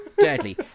deadly